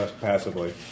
passively